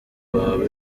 baba